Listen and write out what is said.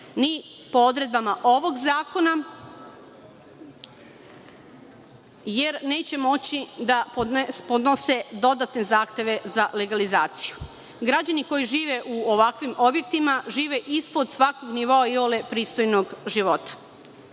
ni po odredbama ovog zakona jer neće moći da podnose dodatne zahteve za legalizaciju. Građani koji žive u ovakvim objektima žive ispod svakog nivoa iole pristojnog života. Država